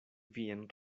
viajn